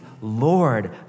Lord